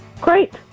Great